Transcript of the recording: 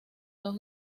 dos